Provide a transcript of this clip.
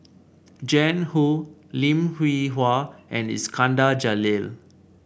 Jiang Hu Lim Hwee Hua and Iskandar Jalil